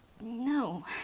no